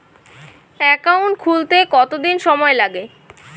Account খুলতে কতদিন সময় লাগে?